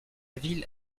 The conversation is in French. ville